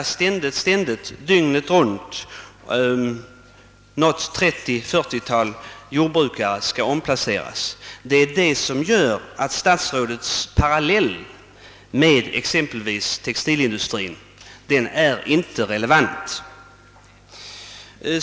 Att varje dygn ett 30 å 40-tal jordbrukare skall omplaceras gör att stats rådets parallell med exempelvis textilindustrin inte är relevant.